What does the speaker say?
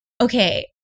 okay